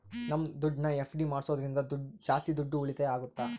ನಮ್ ದುಡ್ಡನ್ನ ಎಫ್.ಡಿ ಮಾಡೋದ್ರಿಂದ ಜಾಸ್ತಿ ದುಡ್ಡು ಉಳಿತಾಯ ಆಗುತ್ತ